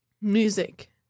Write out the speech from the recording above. Music